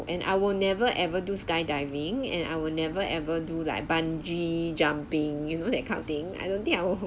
and I will never ever do skydiving and I will never ever do like bungee jumping you know that kind of thing I don't think I will